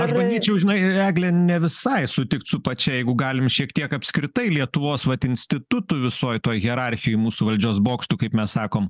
aš bandyčiau žinai egle ne visai sutikt su pačia jeigu galim šiek tiek apskritai lietuvos vat institutų visoj toj hierarchijoj mūsų valdžios bokštų kaip mes sakom